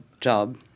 job